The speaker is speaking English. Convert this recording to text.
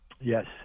Yes